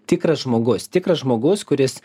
tikras žmogus tikras žmogus kuris